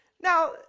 Now